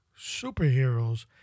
superheroes